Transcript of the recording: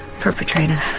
perpetrator.